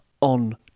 on